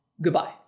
goodbye